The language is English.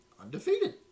undefeated